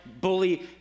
bully